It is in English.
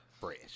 Fresh